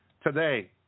today